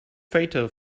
fatal